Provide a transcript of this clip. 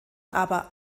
aber